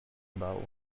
about